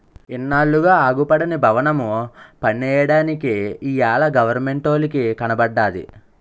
ఇన్నాళ్లుగా అగుపడని బవనము పన్నెయ్యడానికి ఇయ్యాల గవరమెంటోలికి కనబడ్డాది